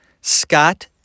Scott